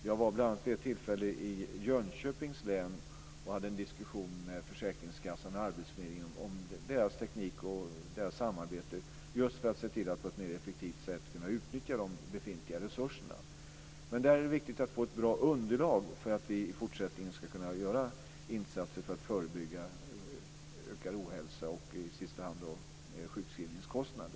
Jag var bl.a. vid ett tillfälle i Jönköpings län och hade en diskussion med försäkringskassan och arbetsförmedlingen om deras teknik och deras samarbete just för att se till att på ett mer effektivt sätt kunna utnyttja de befintliga resurserna. Men där är det viktigt att få ett bra underlag för att vi i fortsättningen ska kunna göra insatser för att förebygga ökad ohälsa och i sista hand högre sjukskrivningskostnader.